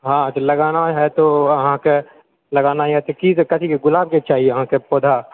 हँ तऽ लगाना है तो अहाँके लगाना यऽ तऽ की के कथी के गुलाबके चाही अहाँके पौधा